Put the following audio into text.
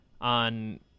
on